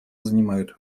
занимают